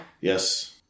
Yes